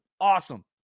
awesome